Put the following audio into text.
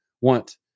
want